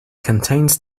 contains